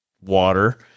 water